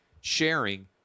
sharing